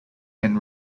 and